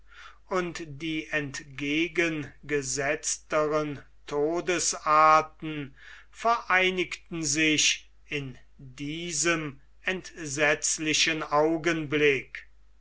und die entgegengesetzteren todesarten vereinigten sich in diesem entsetzlichen augenblick